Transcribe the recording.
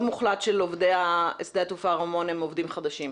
מוחלט של עובדי שדה התעופה רמון הם עובדים חדשים.